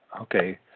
Okay